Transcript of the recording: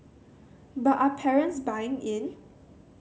but are parents buying in